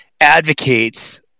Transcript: advocates